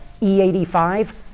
E85